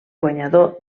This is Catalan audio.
guanyador